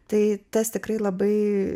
tai tas tikrai labai